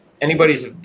anybody's